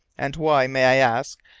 and why, may i ask,